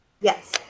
yes